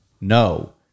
No